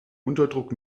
unterdruck